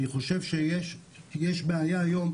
אני חושב שיש בעיה היום,